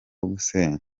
gusenya